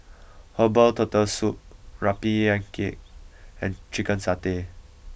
Herbal Turtle Soup Rempeyek and Chicken Satay